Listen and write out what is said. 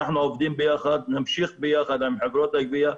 אנחנו עובדים ביחד עם חברות הגבייה,